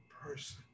person